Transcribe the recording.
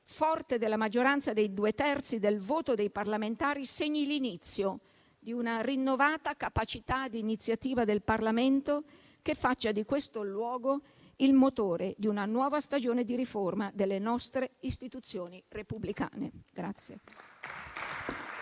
forte della maggioranza dei due terzi del voto dei parlamentari, segni l'inizio di una rinnovata capacità di iniziativa del Parlamento, che faccia di questo luogo il motore di una nuova stagione di riforma delle nostre istituzioni repubblicane.